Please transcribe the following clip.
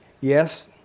Yes